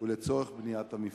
ולצורך בניית המפעל.